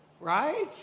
Right